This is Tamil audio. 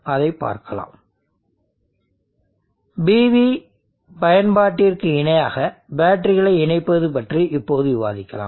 அதைப் பார்க்கலாம் PV பயன்பாட்டிற்கு இணையாக பேட்டரிகளை இணைப்பது பற்றி இப்போது விவாதிக்கலாம்